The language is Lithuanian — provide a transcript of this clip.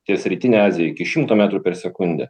ties rytine azija iki šimto metrų per sekundę